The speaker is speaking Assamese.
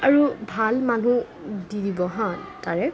আৰু ভাল মানুহ দি দিব হা তাৰে